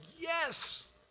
yes